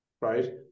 right